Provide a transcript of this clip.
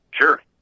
Sure